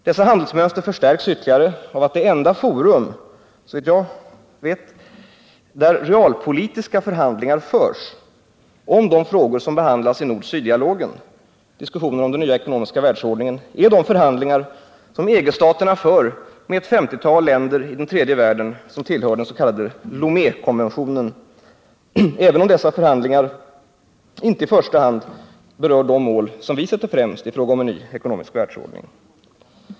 Dessa handelsmönster förstärks ytterligare av att det enda forum, såvitt jag vet, där realpolitiska förhandlingar förs om de frågor som behandlas i nord-syddialogen — diskussionen om den nya ekonomiska världsordningen — är de förhandlingar som EG-staterna för med ett 50-tal länder i den tredje världen, tillhörande dens.k. Lomékonventionen, även om dessa förhandlingar inte i första hand berör de mål som vi sätter främst i fråga om en ny ekonomisk världsordning.